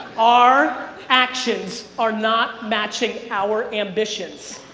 our actions are not matching our ambitions.